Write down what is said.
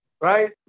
right